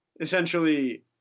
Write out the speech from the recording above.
essentially